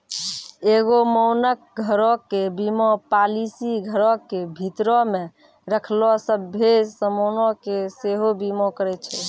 एगो मानक घरो के बीमा पालिसी घरो के भीतरो मे रखलो सभ्भे समानो के सेहो बीमा करै छै